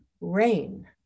rain